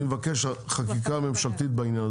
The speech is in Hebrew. אני אבקש חקיקה ממשלתית בעניין.